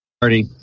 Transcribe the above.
party